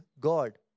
God